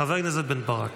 חבר הכנסת בן ברק,